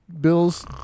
Bill's